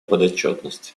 подотчетности